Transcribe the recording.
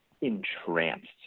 entranced